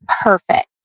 perfect